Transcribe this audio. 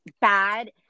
bad